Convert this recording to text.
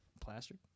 plastered